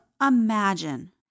imagine